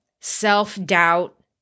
self-doubt